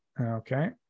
Okay